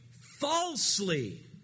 falsely